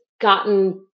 gotten